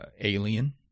alien